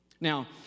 Now